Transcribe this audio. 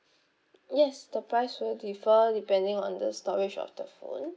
yes the price will differ depending on the storage of the phone